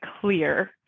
clear